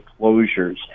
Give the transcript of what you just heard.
closures